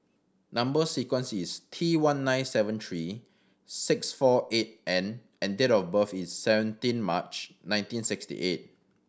number sequence is T one nine seven three six four eight N and date of birth is seventeen March nineteen sixty eight